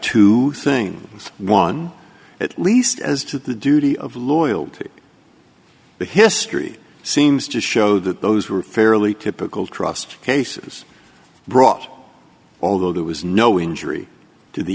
two things one at least as to the duty of loyalty the history seems to show that those were fairly typical trust cases brought although there was no injury to the